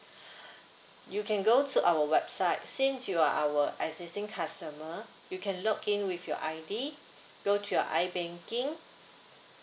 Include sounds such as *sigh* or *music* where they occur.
*breath* you can go to our website since you are our existing customer you can log in with your I_D go to your I banking